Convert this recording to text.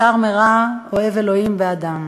סר מרע, אוהב אלוהים ואדם.